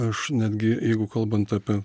aš netgi jeigu kalbant apie